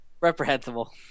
Reprehensible